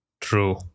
True